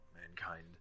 mankind